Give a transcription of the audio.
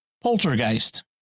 Poltergeist